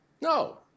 no